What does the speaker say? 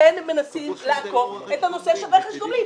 כן הם מנסים לעקוף את הנושא של רכש גומלין.